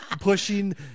pushing